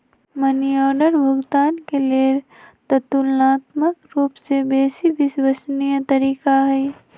money order भुगतान के लेल ततुलनात्मक रूपसे बेशी विश्वसनीय तरीका हइ